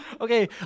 Okay